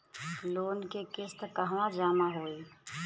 Loan के किस्त कहवा जामा होयी?